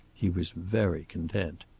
he was very content.